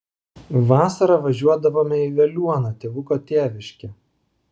vasarą važiuodavome į veliuoną tėvuko tėviškę